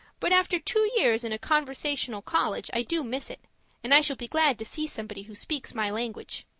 but after two years in a conversational college, i do miss it and i shall be glad to see somebody who speaks my language.